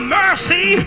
mercy